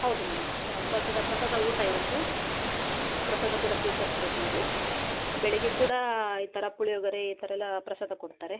ಹೌದು ಮೇಡಮ್ ಪ್ರಸಾದ ಪ್ರಸಾದ ಊಟ ಇರುತ್ತೆ ಪ್ರಸಾದ ಕೂಡ ಸ್ವೀಕರ್ಸ್ಬೋದು ನೀವು ಬೆಳಿಗ್ಗೆ ಕೂಡ ಈ ಥರ ಪುಳಿಯೋಗರೆ ಈ ಥರ ಎಲ್ಲ ಪ್ರಸಾದ ಕೊಡ್ತಾರೆ